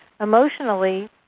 Emotionally